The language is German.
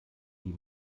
die